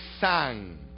sang